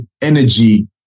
energy